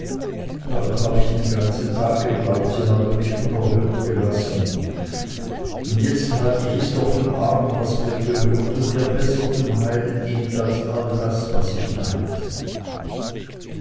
heute hab ich den ganzen tag geglaubt sie habe mich unerhört gelassen und jetzt halt ich es doch im arm was mir gehört und mir besser zum heile dient als das was ich meinte